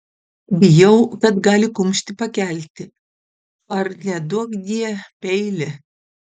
bijau kad gali kumštį pakelti ar neduokdie peilį